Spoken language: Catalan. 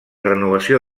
renovació